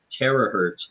terahertz